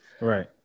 Right